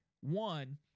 one